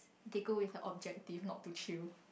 they go with a objective not to chill